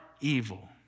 evil